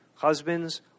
Husbands